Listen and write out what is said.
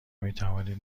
میتوانید